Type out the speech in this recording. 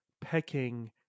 pecking